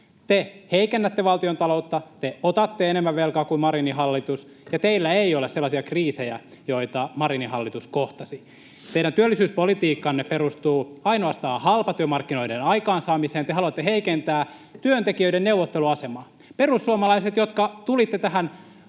Te heikennätte valtiontaloutta, te otatte enemmän velkaa kuin Marinin hallitus, ja teillä ei ole sellaisia kriisejä, joita Marinin hallitus kohtasi. Teidän työllisyyspolitiikkanne perustuu ainoastaan halpatyömarkkinoiden aikaansaamiseen. Te haluatte heikentää työntekijöiden neuvotteluasemaa. Perussuomalaiset, jotka tulitte tähän